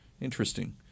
Interesting